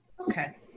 Okay